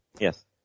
Yes